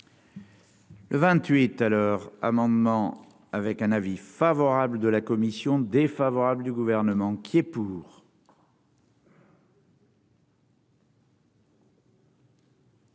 Le 28 à l'heure, amendement avec un avis favorable de la commission défavorable du gouvernement qui est pour.